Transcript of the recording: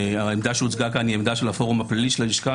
העמדה שהוצגה כאן היא עמדה של הפורום הפלילי של הלשכה,